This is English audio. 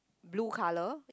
blue colour